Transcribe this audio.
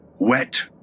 Wet